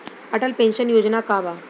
Atal pension योजना का बा?